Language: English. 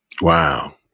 Wow